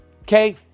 Okay